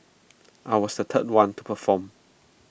I was the third one to perform